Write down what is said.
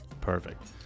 Perfect